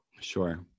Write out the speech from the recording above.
Sure